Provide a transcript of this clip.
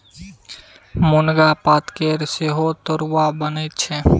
मुनगा पातकेर सेहो तरुआ बनैत छै